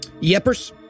Yepers